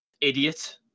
idiot